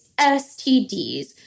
STDs